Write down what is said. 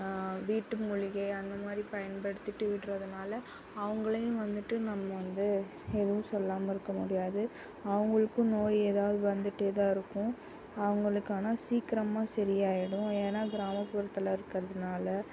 வீட்டு மூலிகை அந்தமாதிரி பயன்படுத்திகிட்டு விட்டுறதுனால அவங்களே வந்துட்டு நம்ம வந்து எதுவும் சொல்லாமல் இருக்க முடியாது அவங்களுக்கும் நோய் ஏதாவது வந்துகிட்டே தான் இருக்கும் அவங்களுக்கு ஆனால் சீக்கிரமாக சரியாகிடும் ஏன்னால் கிராமப்புறத்தில் இருக்கிறதுனால